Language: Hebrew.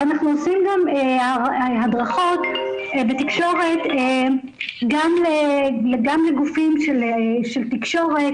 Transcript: ואנחנו עושים גם הדרכות בתקשורת גם לגופים של תקשורת,